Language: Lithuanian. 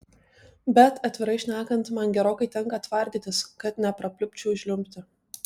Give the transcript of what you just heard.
bet atvirai šnekant man gerokai tenka tvardytis kad neprapliupčiau žliumbti